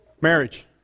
marriage